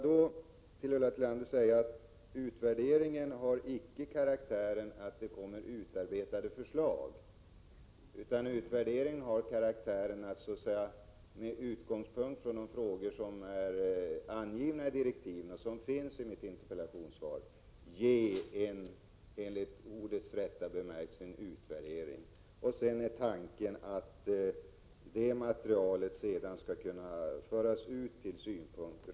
Får jag sedan säga att utvärderingen inte är av den karaktären att den 33 utmynnar i utarbetade förslag, utan man gör, med utgångspunkt i de uppdrag som är angivna i direktiven och som jag redovisade i interpellationssvaret, i ordets rätta bemärkelse en utvärdering. Tanken är att materialet sedan skall ligga till grund för olika synpunkter.